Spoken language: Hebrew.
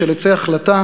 של עצי החלטה,